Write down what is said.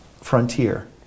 frontier